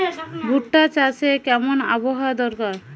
ভুট্টা চাষে কেমন আবহাওয়া দরকার?